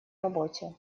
работе